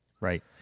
Right